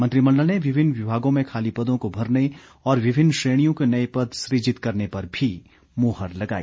मंत्रिमंडल ने विभिन्न विभागों में खाली पदों को भरने और विभिन्न श्रेणियों के नए पद सुजित करने पर भी मुहर लगाई